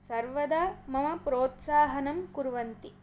सर्वदा मम प्रोत्साहनं कुर्वन्ति